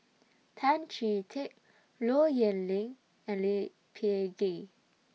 Tan Chee Teck Low Yen Ling and Lee Peh Gee